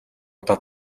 удаа